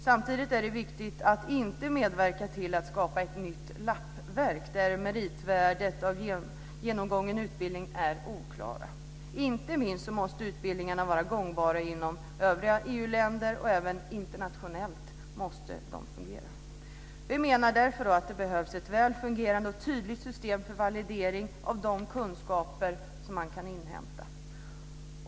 Samtidigt är det viktigt att inte medverka till att skapa ett nytt lappverk, där meritvärdet av genomgången utbildning är oklart. Inte minst måste utbildningarna vara gångbara inom övriga EU-länder, och även internationellt måste de fungera. Vi menar därför att det behövs ett väl fungerande och tydligt system för validering av de kunskaper som man kan inhämta.